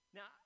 Now